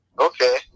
Okay